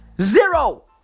Zero